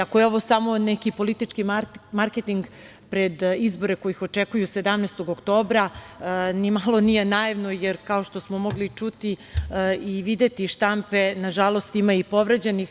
Ako je ovo samo neki politički marketing pred izbore koji ih očekuju 17. oktobra, ni malo nije naivno, jer, kao što smo mogli čuti i videti iz štampe, nažalost, ima i povređenih.